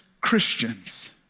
Christians